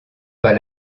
pas